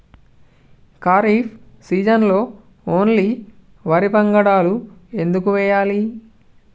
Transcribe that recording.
ఖరీఫ్ సీజన్లో ఓన్లీ వరి వంగడాలు ఎందుకు వేయాలి?